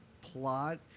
plot